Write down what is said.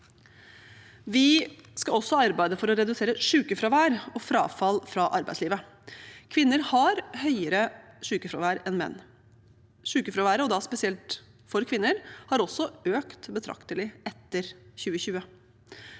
Vi skal også arbeide for å redusere sykefravær og frafall fra arbeidslivet. Kvinner har høyere sykefravær enn menn. Sykefraværet, og da spesielt for kvinner, har også økt betraktelig etter 2020.